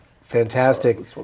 fantastic